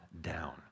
down